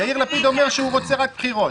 יאיר לפיד אומר שהוא רוצה רק בחירות.